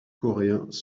coréens